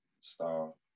style